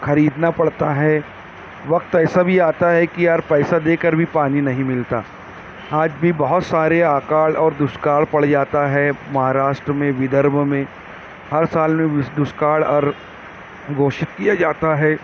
خریدنا پڑتا ہے وقت ایسا بھی آتا ہے کہ یار پیسہ دے کر بھی پانی نہیں ملتا آج بھی بہت سارے آکال اور دشکال پڑ جاتا ہے مہاراشٹر میں ودھربو میں ہر سال دشکال اور گھوشت کیا جاتا ہے